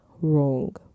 wrong